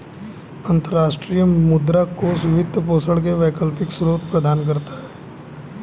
अंतर्राष्ट्रीय मुद्रा कोष वित्त पोषण के वैकल्पिक स्रोत प्रदान करता है